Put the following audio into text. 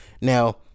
Now